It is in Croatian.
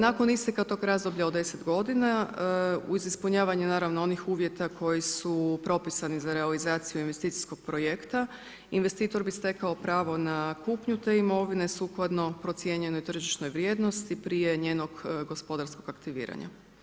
Nakon isteka tog razdoblja od 10 godina uz ispunjavanje naravno onih uvjeta koji su propisani za realizaciju investicijskog projekta investitor bi stekao pravo na kupnju te imovine sukladno procijenjenoj tržišnoj vrijednosti prije njenog gospodarskog aktiviranja.